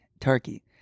Turkey